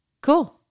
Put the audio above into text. cool